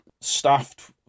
staffed